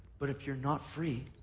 but if you're not free